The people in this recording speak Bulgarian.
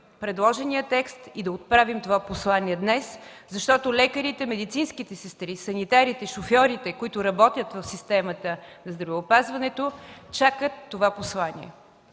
предложения текст и да отправим това послание днес, защото лекарите, медицинските сестри, санитарите, шофьорите, които работят в системата на здравеопазването, чакат това послание.